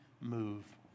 move